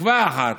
תקווה אחת.